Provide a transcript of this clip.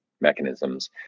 mechanisms